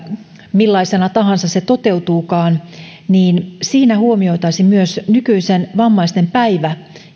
millaisena tahansa se toteutuukaan huomioitaisiin myös nykyisen vammaisten päivä